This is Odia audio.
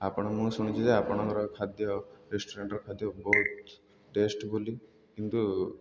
ଆପଣ ମୁଁ ଶୁଣିଛି ଯେ ଆପଣଙ୍କର ଖାଦ୍ୟ ରେଷ୍ଟୁରାଣ୍ଟ୍ର ଖାଦ୍ୟ ବହୁତ ଟେଷ୍ଟ ବୋଲି କିନ୍ତୁ